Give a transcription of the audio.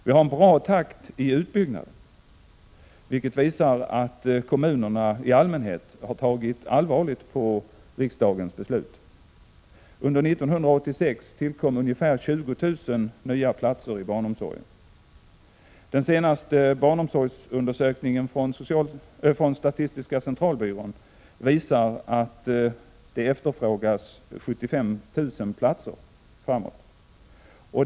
Vi har en bra takt i utbyggnaden, vilket visar att kommunerna i allmänhet har tagit allvarligt på riksdagens beslut. Under 1986 tillkom ungefär 20 000 nya platser i barnomsorgen. Den senaste barnomsorgsundersökningen från I statistiska centralbyrån visar att det efterfrågas 75 000 platser framöver.